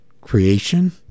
creation